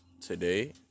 today